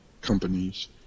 companies